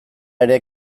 ere